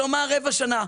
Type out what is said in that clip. כלומר רבע שנה.